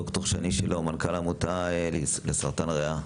ד"ר שני שילה, מנכ"ל עמותה לסרטן ריאה.